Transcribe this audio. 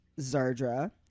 Zardra